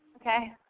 Okay